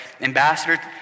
ambassador